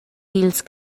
dils